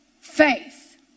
faith